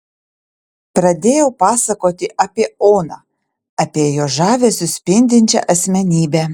pradėjau pasakoti apie oną apie jos žavesiu spindinčią asmenybę